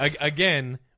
again